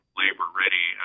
labor-ready